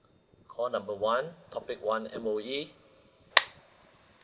call number one topic one M_O_E